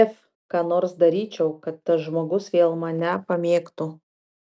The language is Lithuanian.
f ką nors daryčiau kad tas žmogus vėl mane pamėgtų